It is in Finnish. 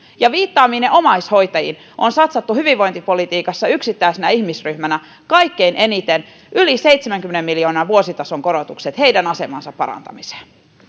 viittaamiinne omaishoitajiin on satsattu hyvinvointipolitiikassa yksittäisenä ihmisryhmänä kaikkein eniten yli seitsemänkymmenen miljoonan vuositason korotukset heidän asemansa parantamiseen